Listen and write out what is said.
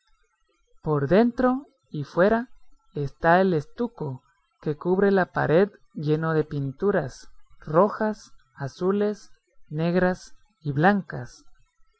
por dentro y fuera está el estuco que cubre la pared lleno de pinturas rojas azules negras y blancas